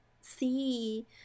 see